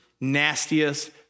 nastiest